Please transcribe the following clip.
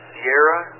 Sierra